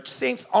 saints